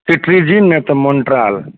cetirizine नहि तऽ Montral